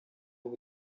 waba